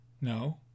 no